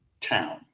town